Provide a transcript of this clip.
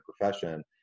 profession